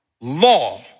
law